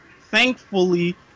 Thankfully